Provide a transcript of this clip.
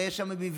הרי יש שם מבנה,